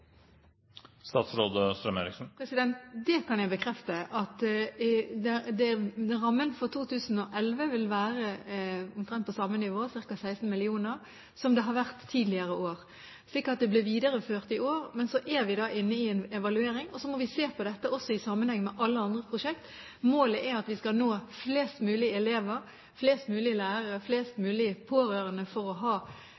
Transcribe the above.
kan bekrefte at rammen for 2011 vil være omtrent på samme nivå, ca. 16 mill. kr, som det har vært tidligere år. Så det blir videreført i år. Men så er vi inne i en evaluering, og da må vi se på dette også i sammenheng med alle andre prosjekt. Målet er at vi skal nå flest mulig elever, flest mulig lærere og flest